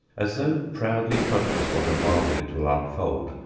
as though proudly conscious what a marvel it will unfold,